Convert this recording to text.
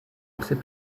psy